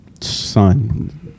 Son